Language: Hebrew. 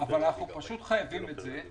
אבל אנחנו פשוט חייבים את זה.